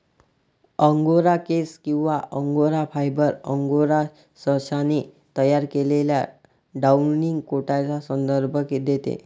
angora केस किंवा angora fibre, angora सशाने तयार केलेल्या डाउनी कोटचा संदर्भ देते